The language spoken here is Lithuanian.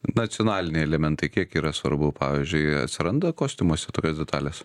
nacionaliniai elementai kiek yra svarbu pavyzdžiui atsiranda kostiumuose tokios detalės